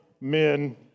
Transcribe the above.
men